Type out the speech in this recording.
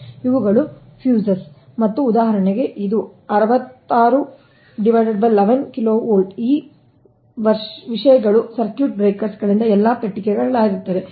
ಇವುಗಳು ಫ್ಯೂಸ್ಗಳು ಮತ್ತು ಉದಾಹರಣೆಗೆ ಇದು 66 11 kV ಈ ವಿಷಯಗಳು ಸರ್ಕ್ಯೂಟ್ ಬ್ರೇಕರ್ ಗಳಿಂದ ಎಲ್ಲಾ ಪೆಟ್ಟಿಗೆಗಳಾಗಿವೆ